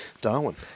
Darwin